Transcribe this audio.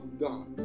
God